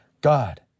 God